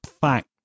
fact